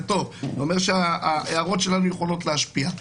טוב וזה אומר שההערות שלנו יכולות להשפיע.